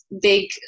big